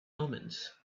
omens